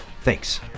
Thanks